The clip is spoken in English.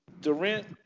Durant